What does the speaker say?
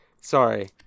sorry